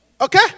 okay